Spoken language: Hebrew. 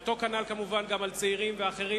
כנ"ל, כמובן, גם צעירים ואחרים.